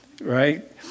right